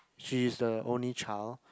she is the only child